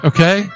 Okay